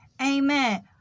Amen